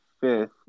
fifth